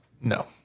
No